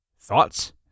thoughts